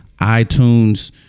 iTunes